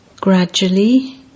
Gradually